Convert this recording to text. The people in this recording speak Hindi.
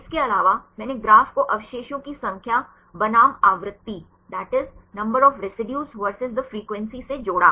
इसके अलावा मैंने ग्राफ को अवशेषों की संख्या बनाम आवृत्ति से जोड़ा